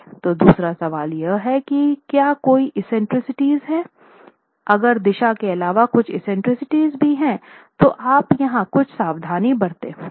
तो दूसरा सवाल यह है कि क्या कोई एक्सेंट्रिसिटीज़ हैंअगर दिशा के अलावा कुछ एक्सेंट्रिसिटीज़ भी हैं तो आप यहाँ कुछ सावधानी बरतें